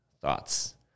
thoughts